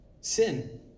Sin